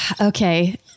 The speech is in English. Okay